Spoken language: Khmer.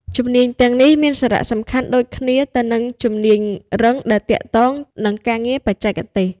ជំនាញទាំងនេះមានសារៈសំខាន់ដូចគ្នាទៅនឹងជំនាញរឹងដែលទាក់ទងនឹងការងារបច្ចេកទេស។